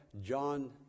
John